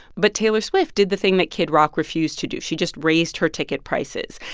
but taylor swift did the thing that kid rock refused to do. she just raised her ticket prices.